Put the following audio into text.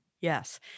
Yes